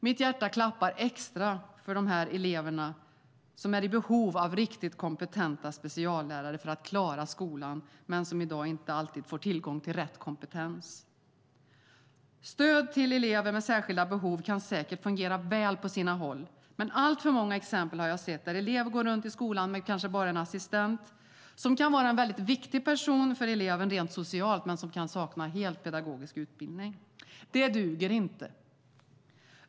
Mitt hjärta klappar extra för de elever som är i behov av riktigt kompetenta speciallärare för att klara skolan, men som i dag inte alltid får tillgång till rätt kompetens. Stöd till elever med särskilda behov kan säkert fungera väl på sina håll, men alltför många exempel har jag sett där elever går runt i skolan med bara en assistent, som kan vara en väldigt viktig person för eleven rent socialt men som helt kan sakna pedagogisk utbildning. Det duger inte.